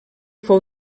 fou